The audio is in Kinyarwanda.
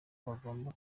bagomba